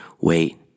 Wait